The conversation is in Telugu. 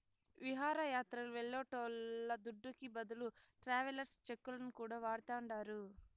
విహారయాత్రలు వెళ్లేటోళ్ల దుడ్డుకి బదులు ట్రావెలర్స్ చెక్కులను కూడా వాడతాండారు